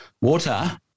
water